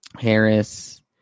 Harris